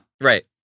Right